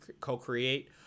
co-create